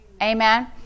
Amen